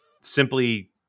simply